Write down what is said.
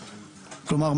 כלומר,